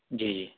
جی جی